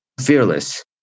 fearless